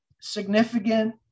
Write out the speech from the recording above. significant